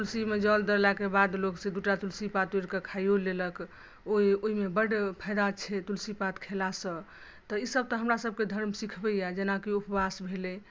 तुलसी मे जल देला के बाद लोक से दूटा तुलसी पात तोरि कऽ खाइओ लेलक ओहिमे बड फायदा छै तुलसी पात खेला सॅं तऽ ई सब तऽ हमरा सबके धर्म सिखबैया जेनाकि उपास भेलै